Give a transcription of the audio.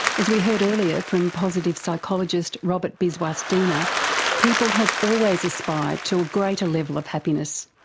as we heard earlier from positive psychologist robert biswas-diener, people have always aspired to a greater level of happiness.